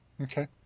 Okay